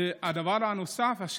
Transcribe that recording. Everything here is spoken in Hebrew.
ודבר הנוסף,